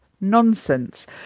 Nonsense